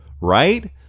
right